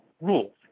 rules